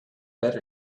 better